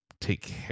take